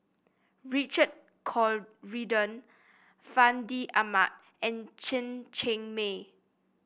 Richard Corridon Fandi Ahmad and Chen Cheng Mei